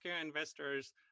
investors